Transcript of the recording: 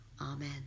Amen